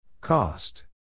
cost